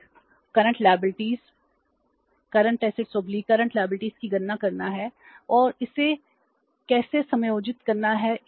हम इसे current asset की गणना करना होगा